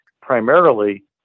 primarily